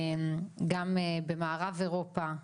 גם במערב אירופה,